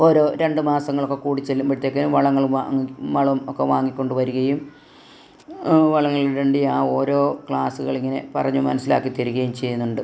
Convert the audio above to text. ഓരോ രണ്ടുമാസങ്ങളൊക്കെ കൂടി ചെല്ലുമ്പഴത്തേക്കിന് വളങ്ങൾ വാങ്ങി വളം ഒക്കെ വാങ്ങി കൊണ്ടുവരികയും വളങ്ങളിടണ്ടിയ ഓരോ ക്ലാസുകളിങ്ങനെ പറഞ്ഞ് മനസ്സിലാക്കി തരുകയും ചെയ്യുന്നുണ്ട്